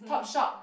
Top Shop